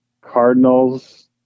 Cardinals